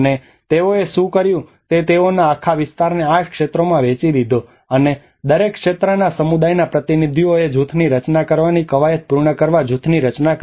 અને તેઓએ શું કર્યું તે તેઓએ આ આખા વિસ્તારને 8 ક્ષેત્રોમાં વહેંચી દીધો અને દરેક ક્ષેત્રના સમુદાયના પ્રતિનિધિઓએ જૂથની રચના કરવાની કવાયત પૂર્ણ કરવા જૂથની રચના કરી